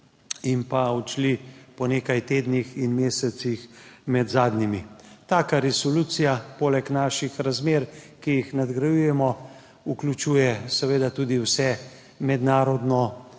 in odšli po nekaj tednih in mesecih med zadnjimi. Taka resolucija, poleg naših razmer, ki jih nadgrajujemo, vključuje seveda tudi vse mednarodno